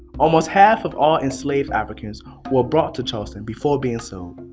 almost half of all enslaved africans were brought to charleston before being sold.